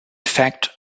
fact